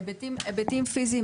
היבטים פיזיים,